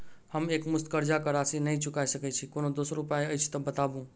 हम एकमुस्त कर्जा कऽ राशि नहि चुका सकय छी, कोनो दोसर उपाय अछि तऽ बताबु?